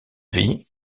vie